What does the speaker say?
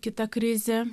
kita krizė